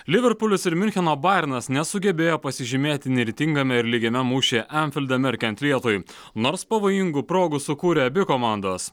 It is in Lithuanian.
liverpulis ir miuncheno bajernas nesugebėjo pasižymėti įnirtingame ir lygiame mušyje emfilde merkiant lietui nors pavojingų progų sukūrė abi komandos